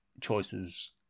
choices